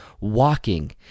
walking